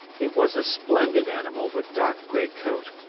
it was a splendid animal with dark grey coat,